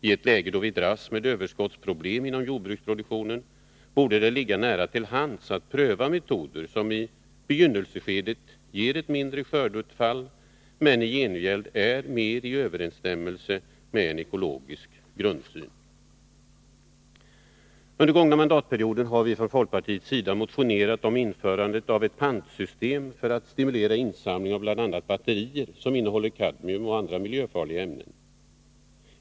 I ett läge då vi dras med överskottsproblem inom jordbruksproduktionen borde det ligga nära till hands att pröva metoder som i begynnelseskedet ger ett mindre skördeutfall men i gengäld står bättre i överensstämmelse med en ekologisk grundsyn. Under den gångna mandatperioden har vi från folkpartiets sida motionerat om införande av ett pantsystem för att stimulera insamling av bl.a. batterier som innehåller kadmium och andra miljöfarliga ämnen.